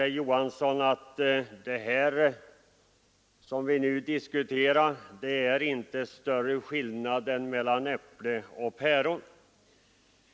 Herr Johansson säger att det inte är större skillnad mellan de saker vi nu diskuterar än mellan äpplen och päron.